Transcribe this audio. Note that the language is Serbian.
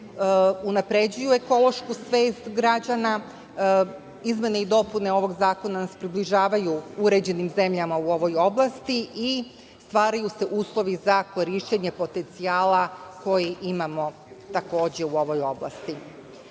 unapređuju ekološku svest građana. Izmene i dopune ovog zakona nas približavaju uređenim zemljama u ovoj oblasti i stvaraju se uslovi za korišćenje potencijala koji imamo takođe u ovoj oblasti. Što